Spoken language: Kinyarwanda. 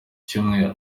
cyumweru